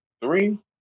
three